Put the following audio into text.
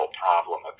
problem